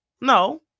No